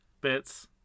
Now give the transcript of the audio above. bits